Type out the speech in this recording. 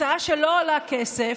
הצעה שלא עולה כסף,